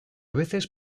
veces